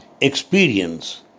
experience